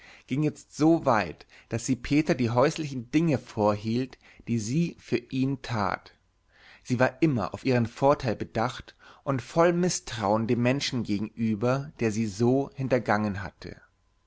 ging jetzt so weit daß sie peter die häuslichen dinge vorhielt die sie für ihn tat sie war immer auf ihren vorteil bedacht und voll mißtrauen dem menschen gegenüber der sie so hintergangen hatte